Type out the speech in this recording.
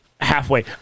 Halfway